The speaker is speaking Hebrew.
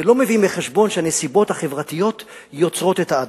ולא מביאים בחשבון שהנסיבות החברתיות יוצרות את האדם.